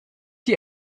die